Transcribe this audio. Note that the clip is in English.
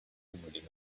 averting